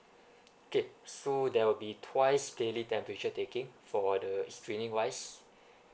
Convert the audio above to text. okay so there will be twice daily temperature taking for the screening wise